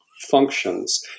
functions